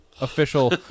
official